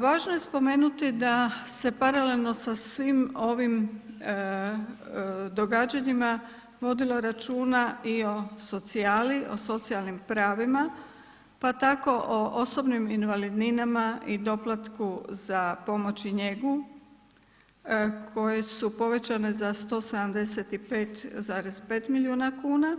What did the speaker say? Važno je spomenuti da se paralelno sa svim ovim događanjima vodilo računa i o socijali, o socijalnim pravima, pa tako o osobnim invalidninama i doplatku za pomoć i njegu koje su povećane za 175,5 milijuna kuna